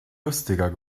lustiger